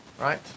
Right